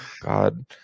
God